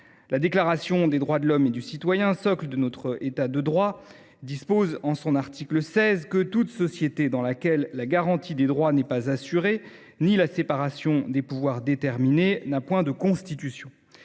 La Déclaration des droits de l’homme et du citoyen, socle de notre État de droit, dispose, en son article 16, que « toute société dans laquelle la garantie des droits n’est pas assurée, ni la séparation des pouvoirs déterminée, n’a point de Constitution ».